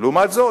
לעומת זאת,